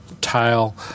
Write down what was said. tile